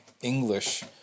English